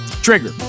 trigger